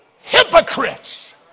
hypocrites